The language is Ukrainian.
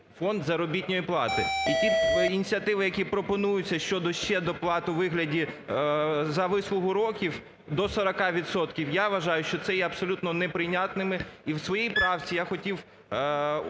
фонд заробітної плати. І ті ініціативи, які пропонуються щодо ще доплат у вигляді "за вислугу років" до 40 відсотків, я вважаю, що це є абсолютно неприйнятними і в своїй правці я хотів